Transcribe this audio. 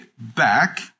back